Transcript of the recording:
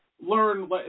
learn